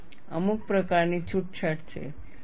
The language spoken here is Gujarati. અમુક પ્રકારની છૂટછાટ છે